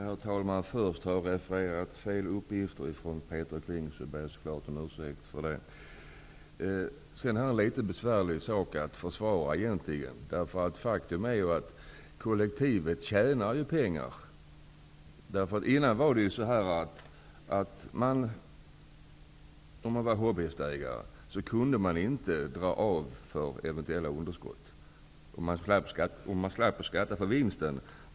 Herr talman! Om jag refererade Peter Kling fel ber jag om ursäkt för det. Detta är egentligen en sak som det är litet besvärligt att försvara. Faktum är nämligen att kollektivet tjänar pengar. Tidigare kunde en hobbyhästägare inte dra av för eventuella underskott då man slapp att skatta för vinsten.